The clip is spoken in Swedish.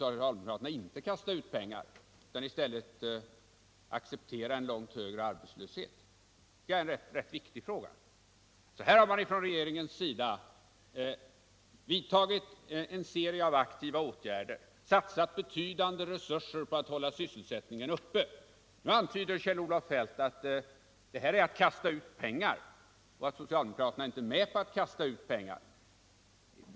Vill de inte kasta ut pengar utan i stället acceptera en långt större arbetslöshet? Det tycker jag är en mycket viktig fråga. Här har regeringen vidtagit en serie aktiva åtgärder och satsat betydande resurser på att hålla sysselsättningen uppe, men nu säger Kjell-Olof Feldt att det är att kasta ut pengar, vilket socialdemokraterna inte vill vara med om att göra.